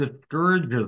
discourages